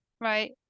Right